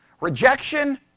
Rejection